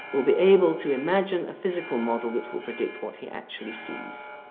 will be able to imagine a physical model which will predict what he actually sees.